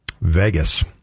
Vegas